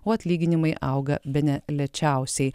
o atlyginimai auga bene lėčiausiai